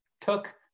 took